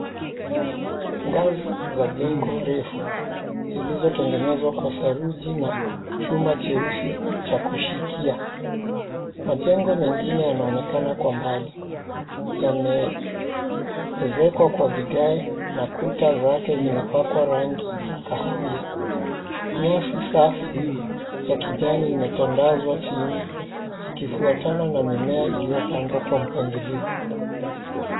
Ngazi za jengo refu, zilizotengenezwa kwa saruji na chuma cheusi cha kushikia. Majengo mengine yanaonekana kwa mbali, yameezekwa kwa vigae na kuta zake zimepakwa rangi ya kahawia. Nyasi safi ya kijani imetandazwa chini, ikifuatana na mimea iliyopandwa kwa mpangilio.